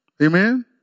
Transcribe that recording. Amen